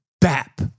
bap